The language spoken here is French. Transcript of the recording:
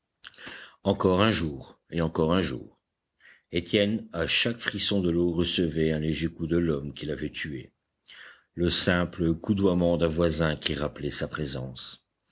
encore un jour et encore un jour étienne à chaque frisson de l'eau recevait un léger coup de l'homme qu'il avait tué le simple coudoiement d'un voisin qui rappelait sa présence